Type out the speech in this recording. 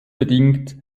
bedingt